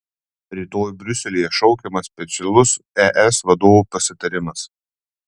rytoj briuselyje šaukiamas specialus es vadovų pasitarimas